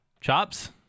chops